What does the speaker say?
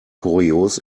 kurios